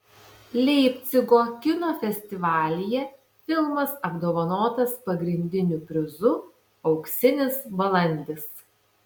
leipcigo kino festivalyje filmas apdovanotas pagrindiniu prizu auksinis balandis